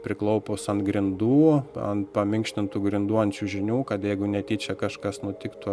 priklaupus ant grindų ant paminkštintų grindų ant čiužinių kad jeigu netyčia kažkas nutiktų